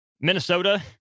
Minnesota